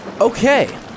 Okay